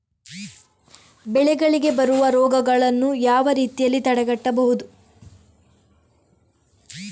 ಬೆಳೆಗಳಿಗೆ ಬರುವ ರೋಗಗಳನ್ನು ಯಾವ ರೀತಿಯಲ್ಲಿ ತಡೆಗಟ್ಟಬಹುದು?